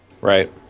Right